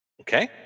Okay